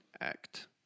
act